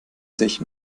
sich